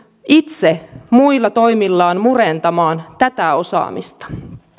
itse muilla toimillaan murentamaan tätä osaamista